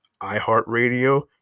iHeartRadio